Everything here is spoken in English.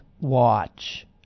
watch